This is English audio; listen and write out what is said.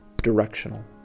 directional